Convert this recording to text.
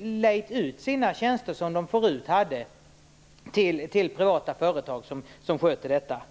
lejt ut de tjänster de förut utförde själva till privata företag som nu sköter detta.